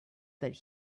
that